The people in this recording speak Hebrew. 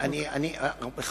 אני לא רוצה להפריע,